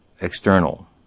external